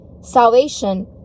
salvation